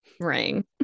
ring